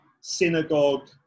synagogue